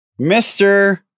Mr